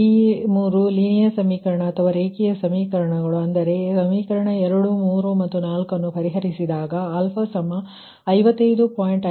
ಈ 3 ಲೀನಿಯರ್ ಸಮೀಕರಣಗಳು ಅಂದರೆ ಸಮೀಕರಣ 2 3 ಮತ್ತು 4 ಅನ್ನು ಪರಿಹರಿಸಿದಾಗ α' 55